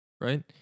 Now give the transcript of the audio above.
right